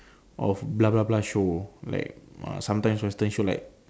of blah blah blah show like uh sometimes western show like